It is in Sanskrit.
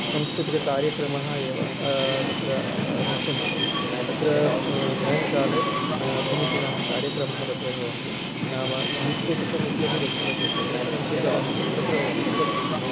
सांस्कृतिककार्यक्रमः एव तत्र मुख्यं भवति तत्र सायङ्काले समिचीनाः कार्यक्रमाः तत्र भवन्ति नाम सांस्कृतिकम् इत्यपि वक्तुं न शक्यते परन्तु जनाः तत्र प्रभवन्ति गच्छन्ति